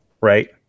Right